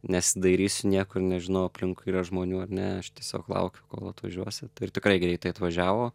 nesidairysiu niekur nežinau aplinkui yra žmonių ar ne aš tiesiog laukiu kol atvažiuosit ir tikrai greitai atvažiavo